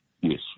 Yes